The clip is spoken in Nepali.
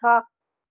छ